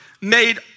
made